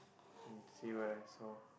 mm see what I saw